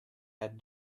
had